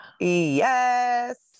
Yes